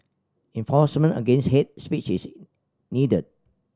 enforcement against hate speech is needed